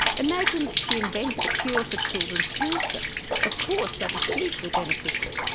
imagine that she invents a cure for children's cancer of course that is hugely beneficial.